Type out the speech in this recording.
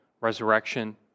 resurrection